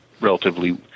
relatively